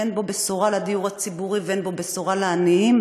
ואין בו בשורה על דיור ציבורי ואין בו בשורה לעניים.